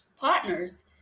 partners